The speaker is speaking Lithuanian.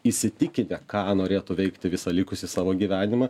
įsitikinę ką norėtų veikti visą likusį savo gyvenimą